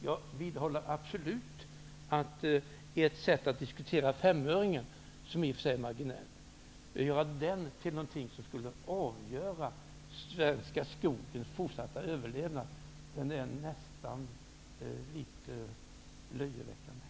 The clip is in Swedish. Jag vidhåller att ert sätt att diskutera femöringen, som i och för sig är marginell, och beteckna den som någonting som skulle avgöra den svenska skogens överlevnad är nästan litet löjeväckande.